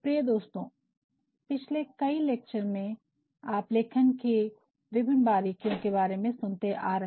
प्रिय दोस्तों पिछले कई लेक्चर में आप लेखन की विभिन्न बारीकियों के बारे में सुनते आ रहे